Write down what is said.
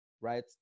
right